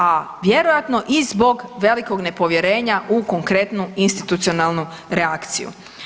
A vjerojatno i zbog velikog nepovjerenja u konkretnu institucionalnu reakciju.